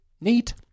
neat